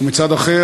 והאחר,